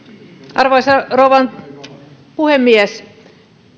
arvoisa rouva puhemies